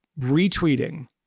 retweeting